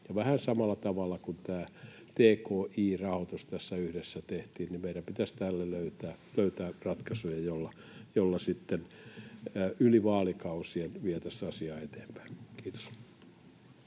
Vähän samalla tavalla kuin tki-rahoitus tässä yhdessä tehtiin, meidän pitäisi tälle löytää ratkaisuja, joilla sitten yli vaalikausien vietäisiin asiaa eteenpäin. — Kiitos.